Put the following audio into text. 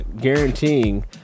guaranteeing